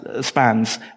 spans